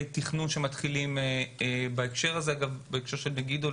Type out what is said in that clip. בקשר למגידו,